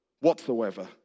whatsoever